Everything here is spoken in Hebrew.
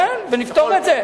כן, ונפתור את זה.